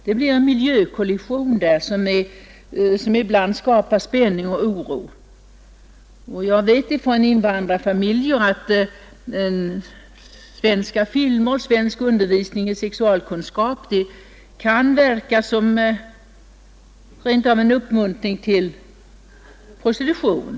Det blir en miljökollision, som ibland skapar spänning och oro. Och jag känner till, genom kontakt med invandrarfamiljer, att svenska filmer och svensk undervisning i sexualkunskap rent av kan verka som en uppmuntran till prostitution.